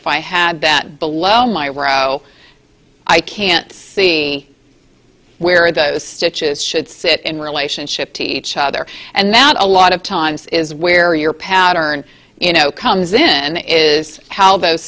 if i had that below my row i can't see where those stitches should sit in relationship to each other and that a lot of times is where your pattern you know comes then is how those